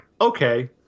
okay